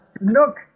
look